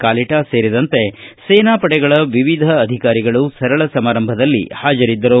ಕಾಲಿಟಾ ಸೇರಿದಂತೆ ಸೇನಾ ಪಡೆಗಳ ವಿವಿಧ ಅಧಿಕಾರಿಗಳು ಸರಳ ಸಮಾರಂಭದಲ್ಲಿ ಹಾಜರಿದ್ದರು